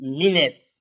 minutes